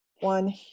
one